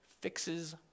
fixes